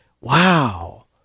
Wow